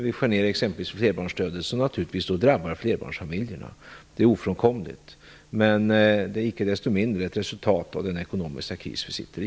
Vi skär t.ex. ner flerbarnsstödet, som naturligtvis drabbar flerbarnsfamiljerna. Det är ofrånkomligt. Men det är icke desto mindre ett resultat av den ekonomiska kris vi sitter i.